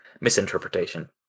misinterpretation